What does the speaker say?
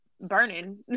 burning